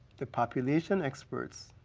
the population experts,